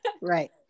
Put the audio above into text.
Right